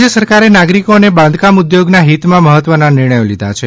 રાજ્ય સરકારે નાગરિકો અને બાંધકામ ઉદ્યોગના હિતમાં મહત્વના નિર્ણયો લીધા છે